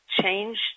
change